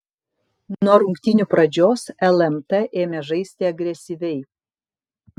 nuo rungtynių pradžios lmt ėmė žaisti agresyviai